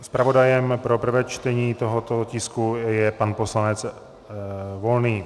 Zpravodajem pro prvé čtení tohoto tisku je pan poslanec Volný.